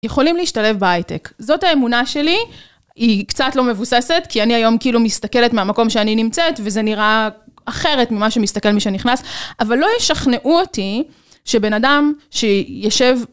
יכולים להשתלב בהייטק זאת האמונה שלי היא קצת לא מבוססת כי אני היום כאילו מסתכלת מהמקום שאני נמצאת וזה נראה אחרת ממה שמסתכל מי שנכנס אבל לא ישכנעו אותי שבן אדם שישב